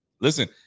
Listen